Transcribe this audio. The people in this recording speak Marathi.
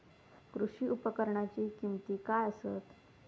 कृषी उपकरणाची किमती काय आसत?